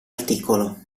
articolo